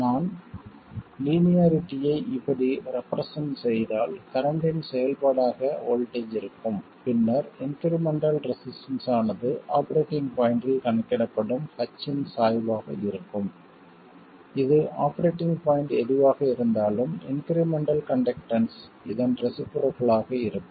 நான் லீனியாரிட்டியை இப்படி ரெப்ரசென்ட் செய்தால் கரண்ட்டின் செயல்பாடாக வோல்ட்டேஜ் இருக்கும் பின்னர் இன்க்ரிமெண்ட்டல் ரெசிஸ்டன்ஸ் ஆனது ஆபரேட்டிங் பாய்ண்டில் கணக்கிடப்படும் h இன் சாய்வாக இருக்கும் இது ஆபரேட்டிங் பாய்ண்ட் எதுவாக இருந்தாலும் இன்க்ரிமெண்ட்டல் கண்டக்டன்ஸ் இதன் ரெஸிபுரோக்கள் ஆக இருக்கும்